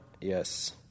yes